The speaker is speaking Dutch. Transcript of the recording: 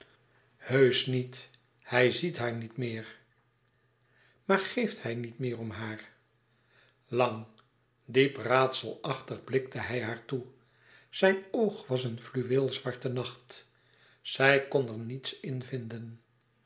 heusch niet hij ziet haar niet meer maar geeft hij niet meer om haar lang diep raadselachtig blikte hij haar toe zijn oog was een fluweelzwarte nacht zij kon er niets in vinden